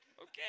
Okay